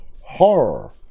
horror